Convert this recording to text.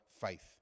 faith